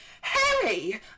Harry